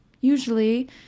usually